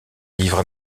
livre